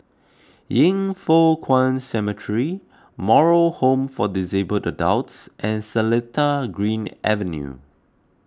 Yin Foh Kuan Cemetery Moral Home for Disabled Adults and Seletar Green Avenue